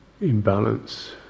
imbalance